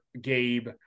Gabe